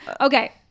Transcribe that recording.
Okay